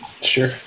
Sure